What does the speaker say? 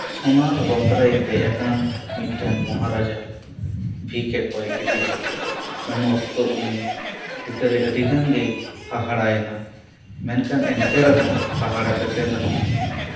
ᱥᱚᱱᱟᱨ ᱨᱚᱛᱷᱨᱮᱭ ᱫᱮᱡ ᱟᱠᱟᱱ ᱢᱤᱫᱴᱮᱱ ᱢᱚᱦᱟ ᱨᱟᱡᱟ ᱵᱷᱤᱠᱮ ᱠᱚᱭ ᱠᱤᱫᱤᱭᱟ ᱩᱱ ᱚᱠᱛᱚ ᱩᱱᱤ ᱵᱷᱤᱠᱟᱨᱤ ᱟᱹᱰᱤ ᱜᱟᱱ ᱜᱤᱭ ᱦᱟᱦᱟᱲᱟᱭᱮᱱᱟ ᱢᱮᱱᱠᱷᱟᱱ ᱮᱱᱱᱛᱮ ᱨᱮᱦᱚᱸ ᱦᱟᱦᱟᱲᱟ ᱠᱟᱛᱮᱜ ᱨᱮᱦᱚᱸ